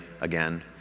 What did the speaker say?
again